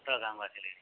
ଏଥର ଗାଁକୁ ଆସିଲେ